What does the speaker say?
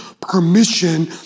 permission